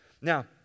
Now